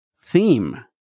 theme